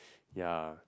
ya